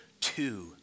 two